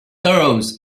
arose